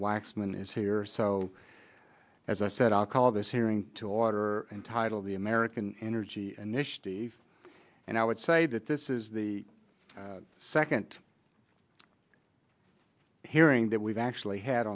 is here so as i said i'll call this hearing to order entitled the american energy initiative and i would say that this is the second hearing that we've actually had